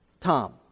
Tom